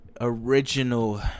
original